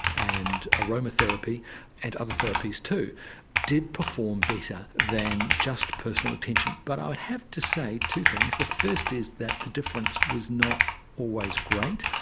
and aroma therapy and other therapies too did perform better than just personal attention. but i would have to say two things the first is that the difference was not always great,